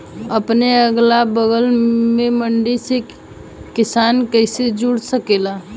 अपने अगला बगल के मंडी से किसान कइसे जुड़ सकेला?